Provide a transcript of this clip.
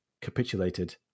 Capitulated